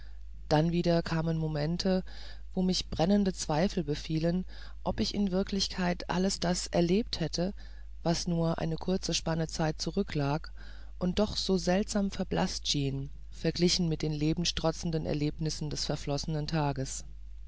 dann wieder kamen momente wo mich brennende zweifel befielen ob ich in wirklichkeit alles das erlebt hätte was nur eine kurze spanne zeit zurücklag und doch so seltsam verblaßt schien verglichen mit den lebenstrotzenden erlebnissen des verflossenen tages